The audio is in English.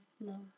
no